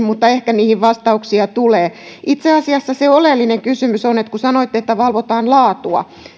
mutta ehkä niihin vastauksia tulee itse asiassa se oleellinen kysymys on että kun sanoitte että valvotaan laatua